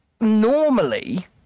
normally